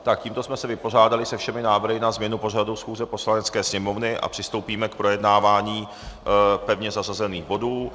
Tak tímto jsme se vypořádali se všemi návrhy na změnu pořadu schůze Poslanecké sněmovny a přistoupíme k projednávání pevně zařazených bodů.